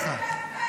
גן ילדים.